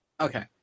Okay